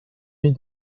nuit